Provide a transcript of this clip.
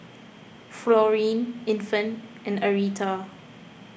Florene Infant and Arietta